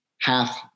half